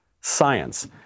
Science